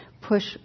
push